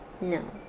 No